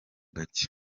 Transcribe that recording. gake